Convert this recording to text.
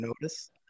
notice